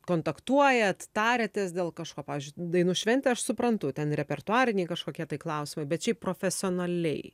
kontaktuojat tariatės dėl kažko pavyzdžiui dainų šventė aš suprantu ten repertuariniai kažkokie tai klausimai bet šiaip profesionaliai